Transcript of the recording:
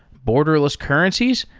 borderless currencies,